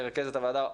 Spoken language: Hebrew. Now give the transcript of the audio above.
היא רכזת הוועדה,